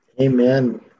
Amen